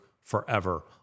Forever